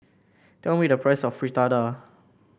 tell me the price of Fritada